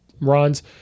runs